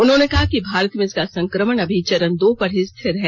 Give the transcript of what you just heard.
उन्होंने कहा कि भारत में इसका संक्रमण अभी चरण दो पर ही रिथर है